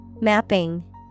Mapping